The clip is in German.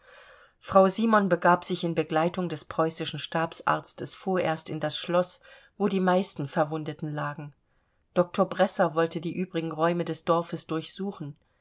frau simon begab sich in begleitung des preußischen stabsarztes vorerst in das schloß wo die meisten verwundeten lagen doktor bresser wollte die übrigen räume des dorfes durchsuchen